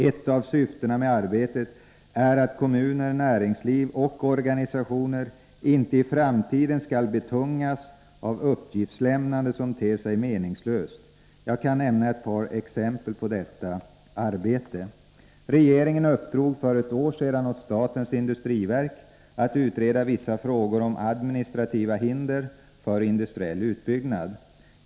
Ett av syftena med arbetet är att kommuner, näringsliv och organisationer inte i framtiden skall betungas av uppgiftslämnande som ter sig meningslöst. Jag kan nämna ett par exempel på detta arbete. Regeringen uppdrog för ett år sedan åt statens industriverk att utreda vissa frågor om administrativa hinder för industriell utbyggnad.